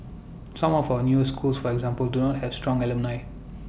some of our new schools for example do not have strong alumni